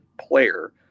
player